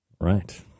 Right